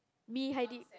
be hide it